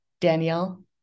danielle